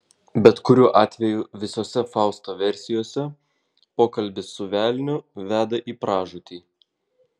bet kuriuo atveju visose fausto versijose pokalbis su velniu veda į pražūtį